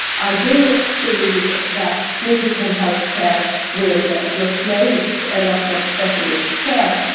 i do believe that digital healthcare will replace a lot of specialist care,